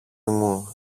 μου